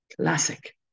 Classic